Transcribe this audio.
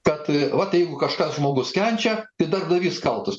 kad vat jeigu kažkas žmogus kenčia tai darbdavys kaltas